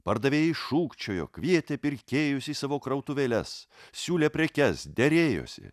pardavėjai šūkčiojo kvietė pirkėjus į savo krautuvėles siūlė prekes derėjosi